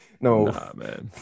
No